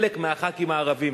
חלק מחברי הכנסת הערבים,